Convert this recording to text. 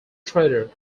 trader